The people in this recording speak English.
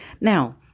Now